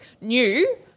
new